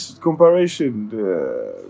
comparison